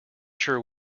sure